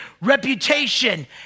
reputation